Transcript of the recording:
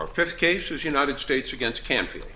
our fifth case is united states against canfield